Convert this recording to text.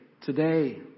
today